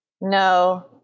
No